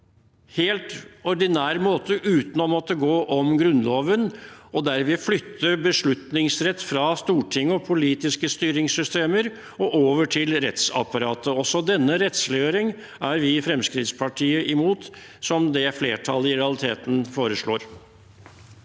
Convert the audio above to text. helt ordinær måte, uten å måtte gå om Grunnloven, og derved flytte beslutningsrett fra Stortinget og politiske styringssystemer over til rettsapparatet. Også denne rettsliggjøring som flertallet i realiteten foreslår,